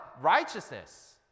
righteousness